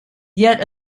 yet